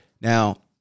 now